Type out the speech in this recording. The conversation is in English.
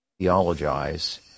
theologize